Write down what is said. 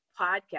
podcast